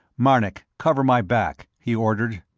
marnik, cover my back, he ordered.